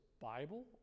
Bible